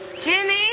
Jimmy